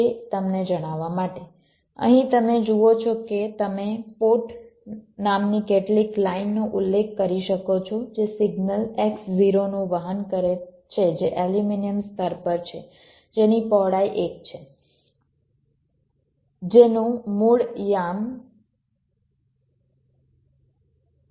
તમે અહીં જુઓ છો કે તમે પોર્ટ નામની કેટલીક લાઇન નો ઉલ્લેખ કરી શકો છો જે સિગ્નલ x0 નું વહન કરે છે જે એલ્યુમિનિયમ સ્તર પર છે જેની પહોળાઈ 1 છે જેનું મૂળ આ યામ પર છે